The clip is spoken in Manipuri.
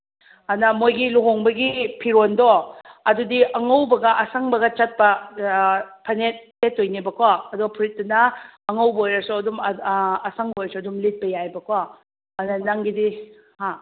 ꯑꯗꯨꯅ ꯃꯣꯏꯒꯤ ꯂꯨꯍꯣꯡꯕꯒꯤ ꯐꯤꯔꯣꯜꯗꯣ ꯑꯗꯨꯗꯤ ꯑꯉꯧꯕꯒ ꯑꯁꯪꯕꯒ ꯆꯠꯄ ꯐꯅꯦꯛ ꯁꯦꯠꯇꯣꯏꯅꯦꯕꯀꯣ ꯑꯗꯨꯒ ꯐꯨꯔꯤꯠꯇꯨꯅ ꯑꯉꯧꯕ ꯑꯣꯏꯔꯁꯨ ꯑꯗꯨꯝ ꯑꯁꯪꯕ ꯑꯣꯏꯔꯁꯨ ꯑꯗꯨꯝ ꯂꯤꯠꯄ ꯌꯥꯏꯕꯀꯣ ꯑꯗꯨꯅ ꯅꯪꯒꯤꯗꯤ ꯍꯥ